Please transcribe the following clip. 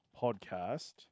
podcast